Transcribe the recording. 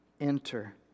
enter